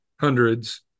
hundreds